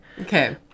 Okay